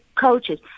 coaches